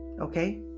Okay